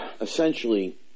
essentially